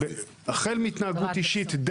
החל מהתנהגות אישית,